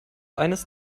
eines